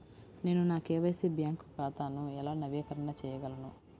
నేను నా KYC bank ఖాతాను ఎలా నవీకరణ చేయగలను?